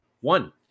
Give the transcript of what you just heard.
one